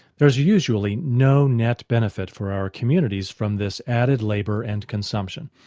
there's usually no net benefit for our communities from this added labour and consumption.